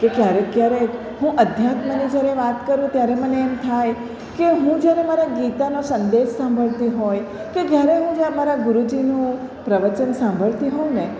કે ક્યારેક ક્યારેક હું આધ્યાત્મને ફરે વાત કરું ત્યારે મને એમ થાય કે હું જ્યારે મારા ગીતાનો સંદેશ સાંભળતી હોય કે ક્યારે હું મારા ગુરુજીનું પ્રવચન સાંભળતી હોઉં ને